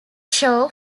show